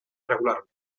regularment